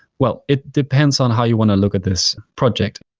well, it depends on how you want to look at this project.